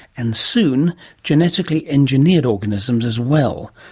and soon genetically engineered organisms as well,